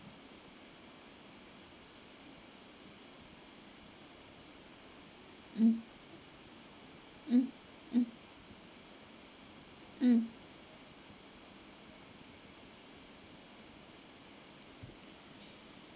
um um um um